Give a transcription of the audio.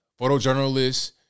photojournalists